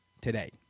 today